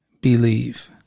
believe